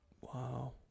Wow